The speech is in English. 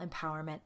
empowerment